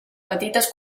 petites